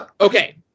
Okay